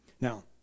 Now